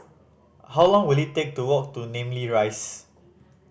how long will it take to walk to Namly Rise